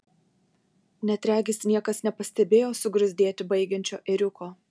net regis niekas nepastebėjo sugruzdėti baigiančio ėriuko